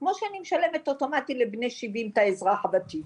כמו שאני משלמת אוטומטי לבני שבעים את האזרחי הוותיק.